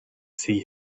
see